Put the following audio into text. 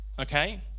Okay